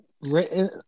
written